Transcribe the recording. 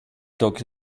dogs